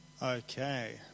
Okay